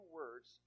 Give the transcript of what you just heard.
words